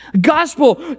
gospel